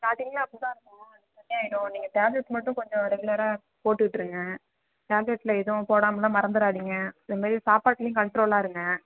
ஸ்டார்டிங்கில் அப்படி தான் இருக்கும் செட்டாயிடும் நீங்கள் டேப்லெட்ஸ் மட்டும் கொஞ்சம் ரெகுலராக போட்டுட்டுருங்க டேப்லெட்ஸை எதுவும் போடாம்லா மறந்துறாதிங்க இதமாரி சாப்பாட்லியும் கண்ட்ரோலாக இருங்க